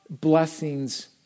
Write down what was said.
blessings